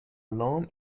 l’homme